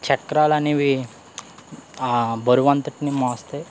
చక్రాలు అనేవి ఆ బరువు అంతటిని మోస్తాయి